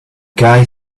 guy